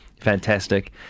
Fantastic